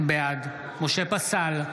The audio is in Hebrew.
בעד משה פסל,